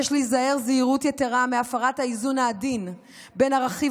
יש להיזהר זהירות יתרה מהפרת האיזון העדין בין הרכיב